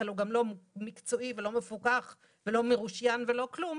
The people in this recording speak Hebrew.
אלא הוא גם לא מקצועי ולא מפוקח ולא בעל רישיון ולא כלום,